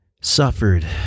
suffered